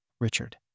Richard